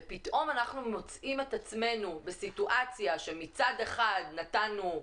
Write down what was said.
ופתאום אנחנו מוצאים את עצמנו בסיטואציה שמצד אחד נתנו,